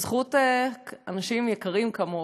בזכות אנשים יקרים כמוכם,